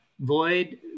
void